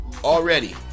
already